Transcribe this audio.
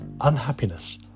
unhappiness